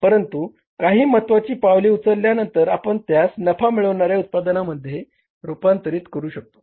परंतु काही महत्वाची पावले उचलल्यानंतर आपण त्यास नफा मिळविणार्या उत्पादनांमध्ये रूपांतरित करू शकतो